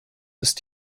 ist